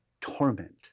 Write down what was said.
torment